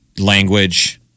language